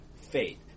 faith